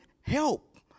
Help